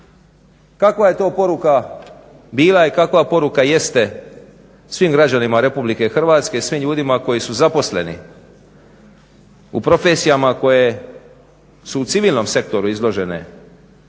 Kakva je to poruka bila i kakva poruka jeste svim građanima RH, svim ljudima koji su zaposleni u profesijama koje su u civilnom sektoru izložene